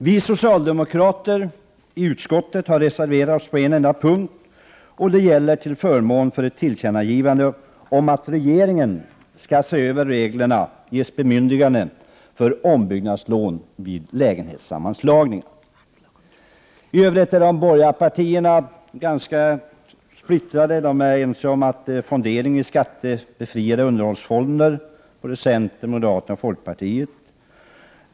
Vi socialdemokrater i utskottet har reserverat oss på en enda punkt, till förmån för ett tillkännagivande om att regeringen skall ges bemyndigande att se över reglerna för ombyggnadslån vid lägenhetssammanslagningar. I övrigt är de borgerliga partierna ganska splittrade. Centern, moderaterna och folkpartiet är ense om att fondering i skattebefriade underhållsfonder skall finnas.